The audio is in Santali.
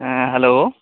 ᱦᱮᱸ ᱦᱮᱞᱳ